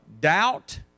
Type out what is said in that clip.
doubt